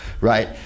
right